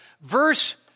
verse